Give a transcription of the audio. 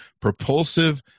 propulsive